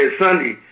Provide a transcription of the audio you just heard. Sunday